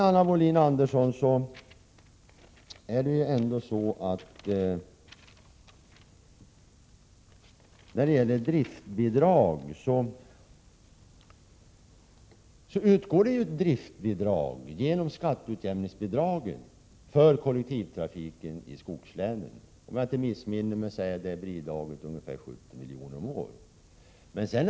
Driftbidrag, Anna Wohlin-Andersson, utgår genom skatteutjämningsbidraget för kollektivtrafiken i skogslänen. Om jag inte missminner mig är det bidraget ungefär 70 milj.kr. om året.